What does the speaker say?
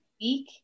speak